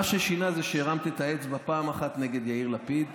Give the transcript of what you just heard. מה ששינה זה שהרמת את האצבע פעם אחת נגד יאיר לפיד.